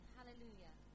Hallelujah